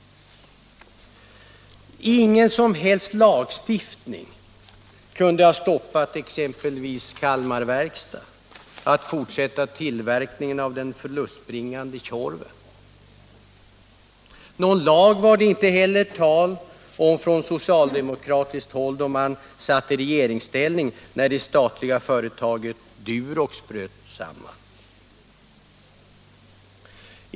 Ingen som helst lagstiftning kunde ha fått exempelvis Kalmar Verkstad att fortsätta tillverkningen av den förlustbringande Tjorven. Någon lag var det inte heller tal om från socialdemokraterna, som då satt i regeringsställning, när det statliga företaget Durox bröt samman.